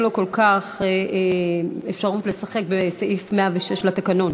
לו כל כך אפשרות לשחק בסעיף 106 לתקנון.